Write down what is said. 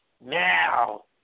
now